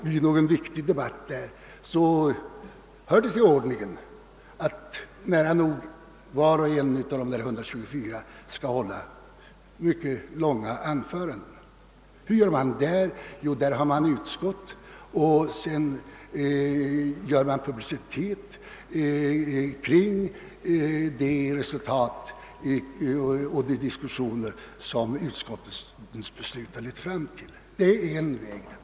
Vid större debatter i denna församling hör det till ordningen, att nära nog var och en av de 124 delegaterna skall hålla mycket långa anföranden. Hur gör man där? Jo, man ger publicitet åt de diskussioner som förts och de resultat som uppnåtts i utskot ten.